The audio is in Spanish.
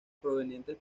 provenientes